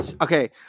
Okay